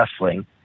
wrestling